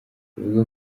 bivugwa